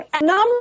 Number